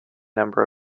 number